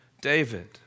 David